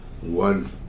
one